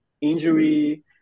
injury